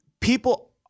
people –